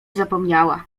zapomniała